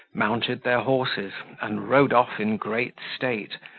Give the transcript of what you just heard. mounted their horses, and rode off in great state,